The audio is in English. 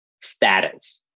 status